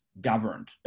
governed